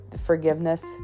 forgiveness